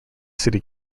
city